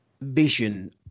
vision